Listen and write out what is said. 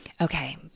Okay